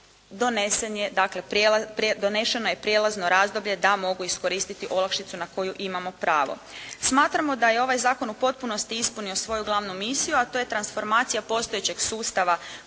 donešeno je prijelazno razdoblje da mogu iskoristiti olakšicu na koju imamo pravo. Smatramo da je ovaj zakon u potpunosti ispunio svoju glavnu misiju a to je transformacija postojećeg sustava